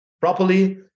properly